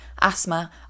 asthma